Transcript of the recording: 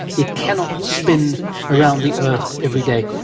it cannot spin around the earth every day.